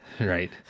Right